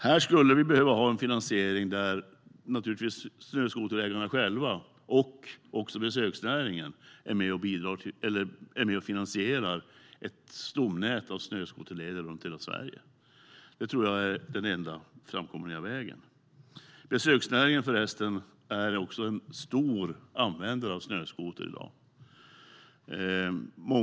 Här skulle vi behöva ha en sådan ordning att snöskoterägarna själva och besöksnäringen är med och finansierar ett stomnät av snöskoterleder runt hela Sverige. Det tror jag är den enda framkomliga vägen. Besöksnäringen är också en stor användare av snöskotrar i dag.